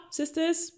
sisters